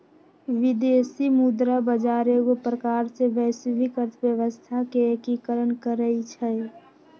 विदेशी मुद्रा बजार एगो प्रकार से वैश्विक अर्थव्यवस्था के एकीकरण करइ छै